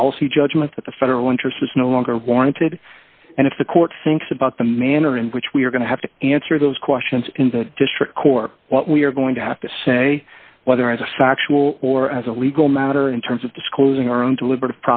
policy judgment that the federal interest is no longer warranted and if the court thinks about the manner in which we are going to have to answer those questions in the district court what we're going to have to say whether as a factual or as a legal matter in terms of disclosing our own deliberat